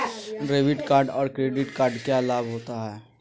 Debit card और credit card क्या लाभ होता है?